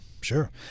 sure